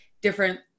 different